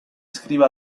iscrive